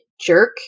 jerk